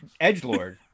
Edgelord